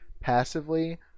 passively